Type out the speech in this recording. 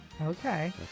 Okay